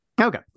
okay